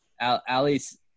Ali's